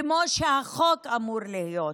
כמו שהחוק אמור להיות.